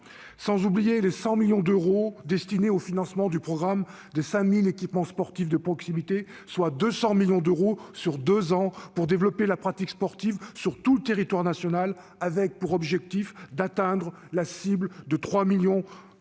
sans oublier les 100 millions d'euros destinés au financement du programme des 5 000 équipements sportifs de proximité, soit 200 millions d'euros sur deux ans pour développer la pratique sportive sur tout le territoire national, l'objectif étant d'atteindre trois millions de nouveaux